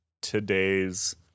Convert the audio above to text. today's